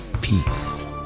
peace